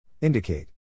Indicate